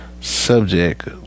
Subject